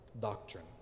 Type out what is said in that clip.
doctrine